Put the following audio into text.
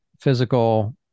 physical